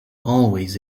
always